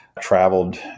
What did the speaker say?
traveled